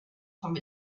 from